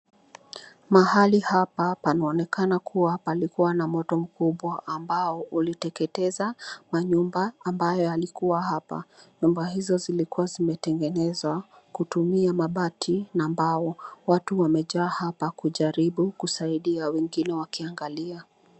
Mahali hapa panaonekana kuwa moto mkubwa ambao uliteketeza manyumba ambayo yalikuwa hapa, nyuba hizo zilikuwa zimetengenezwa kutumia mabati na mbao, watu wamejaa hapa kujaribu kusaidia wengine wakiaangalia.